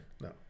no